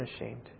unashamed